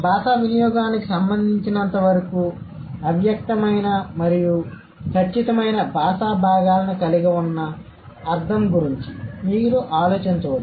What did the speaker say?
భాషా వినియోగానికి సంబంధించినంతవరకు అవ్యక్తమైన మరియు ఖచ్చితమైన బాషా భాగాలను కలిగి ఉన్న అర్థం గురించి మీరు ఆలోచించవచ్చు